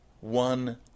One